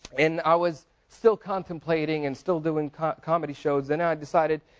and i was still contemplating and still doing comedy shows. then i decided,